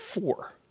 four